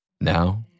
Now